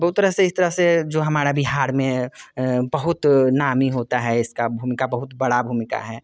बहुत तरह से इस तरह से जो हमारा बिहार में बहुत नाम होता है इसका भूमिका बहुत बड़ी भूमिका है